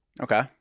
Okay